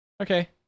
okay